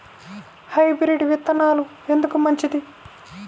Hybrid విత్తనాలు ఎందుకు మంచిది?